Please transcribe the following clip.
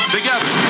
Together